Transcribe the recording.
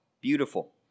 Beautiful